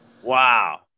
Wow